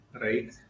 right